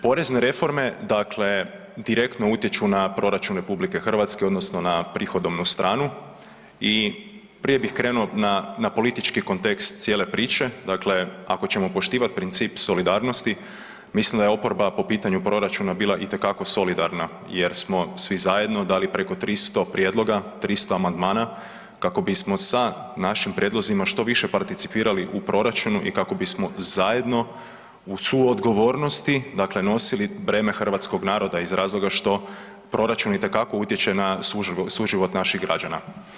Porezne reforme dakle, direktno utječu na proračun RH odnosno na prihodovnu stranu i prije bih krenuo na politički kontekst cijele priče, dakle, ako ćemo poštivati princip solidarnosti, mislim da je oporba po pitanju proračuna bila itekako solidarna jer smo svi zajedno dali preko 300 prijedloga, 300 amandmana kako bismo sa našim prijedlozima što više participirali u proračunu i kako bismo zajedno uz suodgovornosti, dakle nosili breme hrvatskog naroda iz razloga što proračun itekako utječe na suživot naših građana.